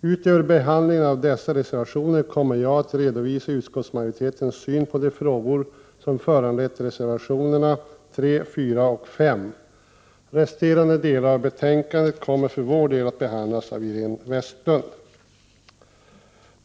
Utöver behandlingen av dessa reservationer kommer jag att redovisa utskottsmajoritetens syn på de frågor som föranlett reservationerna 3, 4 och 5. Resterande delar av betänkandet kommer för vår del att behandlas av Iréne Vestlund.